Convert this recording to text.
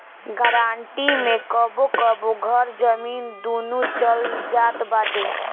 guarantee मे कबो कबो घर, जमीन, दूनो चल जात बाटे